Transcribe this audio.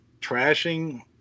trashing